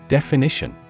Definition